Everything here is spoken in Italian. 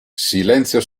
silenzio